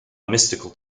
mystical